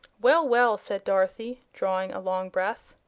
well, well! said dorothy, drawing a long breath,